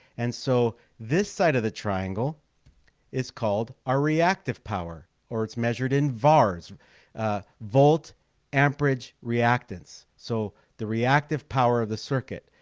and so this side of the triangle is called a reactive power or its measured in vars volt amperage reactance. so the reactive power of the circuit